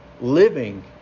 living